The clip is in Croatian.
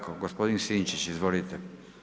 Gospodin Sinčić, izvolite.